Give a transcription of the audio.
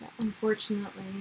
Unfortunately